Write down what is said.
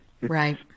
Right